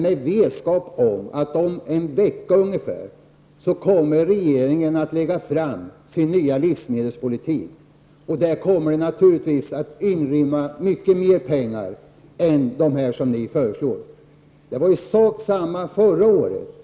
Men om ungefär en vecka kommer regeringen att lägga fram sin nya livsmedelspolitik. I den kommer det naturligtvis att rymmas mycket mer pengar än de som ni nu föreslår. Det var sak samma förra året.